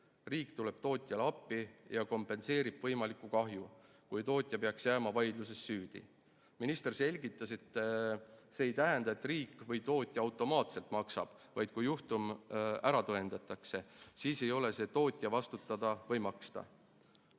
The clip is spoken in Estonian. Riik tuleb tootjale appi ja kompenseerib võimaliku kahju, kui tootja peaks jääma vaidluses süüdi. Minister selgitas: see ei tähenda, et riik või tootja automaatselt maksab, vaid kui juhtum ära tõendatakse, siis ei ole see tootja vastutada või maksta.